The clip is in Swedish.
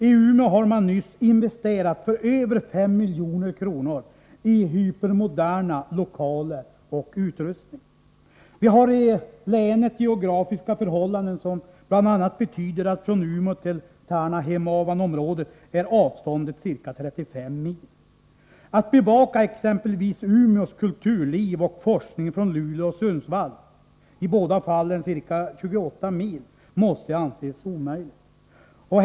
I Umeå har man nyss investerat för över 5 milj.kr. i hypermoderna lokaler och hypermodern utrustning. Vi har i Västerbottens län speciella geografiska förhållanden. Från Umeå till Tärnaby-Hemavanområdet är avståndet ca 35 mil. Att från Luleå eller Sundsvall bevaka exempelvis Umeås kulturliv och forskningen där måste anses omöjligt — i båda fallen rör det sig om ett avstånd på ca 28 mil.